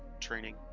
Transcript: training